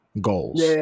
goals